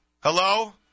Hello